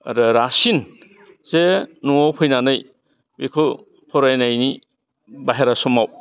आरो रासिन जे न'आव फैनानै बेखौ फरायनायनि बाहेरा समाव